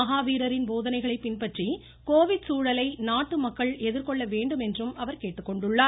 மஹாவீரரின் போதனைகளை பின்பற்றி கோவிட் சூழலை நாட்டு மக்கள் எதிர்கொள்ள வேண்டும் என்று கேட்டுக்கொண்டார்